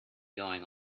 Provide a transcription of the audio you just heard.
going